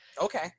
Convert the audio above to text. Okay